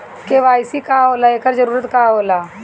KYC का होला एकर जरूरत का होला?